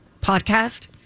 podcast